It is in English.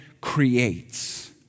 creates